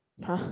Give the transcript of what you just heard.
!huh!